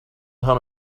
town